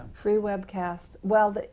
free webcast. well,